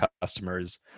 customers